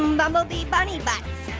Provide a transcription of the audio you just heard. and bumblebee bunny butts.